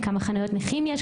כמה חניות נכים יש,